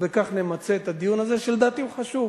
בכך נמצה את הדיון הזה, שלדעתי הוא חשוב.